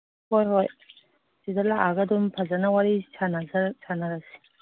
ꯍꯣꯏ ꯍꯣꯏ ꯁꯤꯗ ꯂꯥꯛꯑꯒ ꯑꯗꯨꯝ ꯐꯖꯅ ꯋꯥꯔꯤ ꯁꯥꯅꯔꯁꯤ